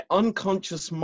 unconscious